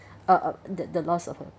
uh the the loss of her